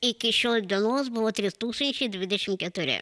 iki šiol dienos buvo trys tūkstančiai dvidešimt keturi